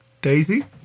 Daisy